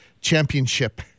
championship